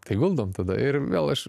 tai guldom tada ir vėl aš